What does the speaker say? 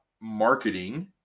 marketing